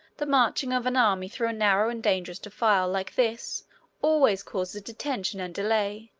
the marching of an army through a narrow and dangerous defile like this always causes detention and delay,